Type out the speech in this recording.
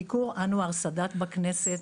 ביקור אנואר סאדאת בכנסת.